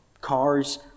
cars